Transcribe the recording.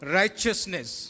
righteousness